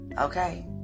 Okay